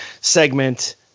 segment